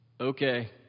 Okay